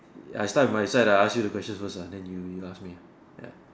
ya I start with side lah I ask you the questions first lah then you you ask me ah ya